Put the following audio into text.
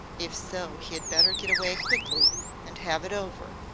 if so he had better get away quickly and have it over,